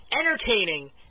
entertaining